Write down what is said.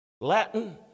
Latin